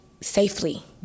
safely